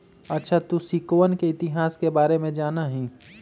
अच्छा तू सिक्कवन के इतिहास के बारे में जाना हीं?